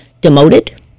demoted